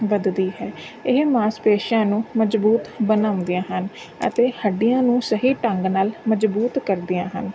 ਵੱਧਦੀ ਹੈ ਇਹ ਮਾਸਪੇਸ਼ੀਆਂ ਨੂੰ ਮਜ਼ਬੂਤ ਬਣਾਉਂਦੀਆਂ ਹਨ ਅਤੇ ਹੱਡੀਆਂ ਨੂੰ ਸਹੀ ਢੰਗ ਨਾਲ ਮਜ਼ਬੂਤ ਕਰਦੀਆਂ ਹਨ